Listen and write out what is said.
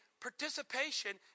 participation